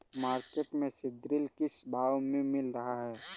Market में सीद्रिल किस भाव में मिल रहा है?